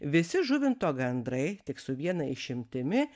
visi žuvinto gandrai tik su viena išimtimi